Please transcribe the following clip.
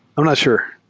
i'm not sure.